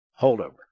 holdover